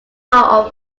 hall